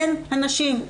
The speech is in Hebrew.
הן הנשים,